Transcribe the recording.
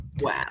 Wow